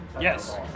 Yes